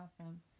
awesome